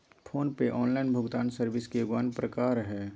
phone पे online भुगतान service के एगो अन्य प्रकार हय